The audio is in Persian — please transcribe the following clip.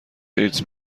ایدز